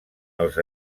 els